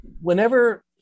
Whenever